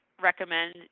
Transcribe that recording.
recommend